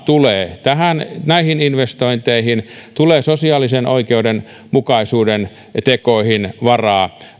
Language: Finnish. tulee varaa näihin investointeihin tulee sosiaalisen oikeudenmukaisuuden tekoihin varaa